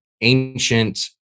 ancient